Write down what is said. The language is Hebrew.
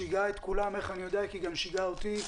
שיגעה את כולם אני יודע כי היא גם שיגעה אותי,